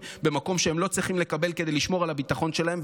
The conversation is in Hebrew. במקום שהם לא צריכים לקבל כדי לשמור על הביטחון שלהם.